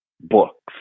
books